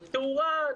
תאורן,